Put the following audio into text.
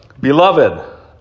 Beloved